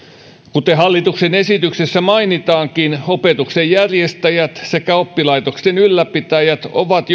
kuten hallituksen esityksessä mainitaankin opetuksen järjestäjät sekä oppilaitoksien ylläpitäjät ovat